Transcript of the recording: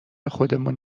خودمون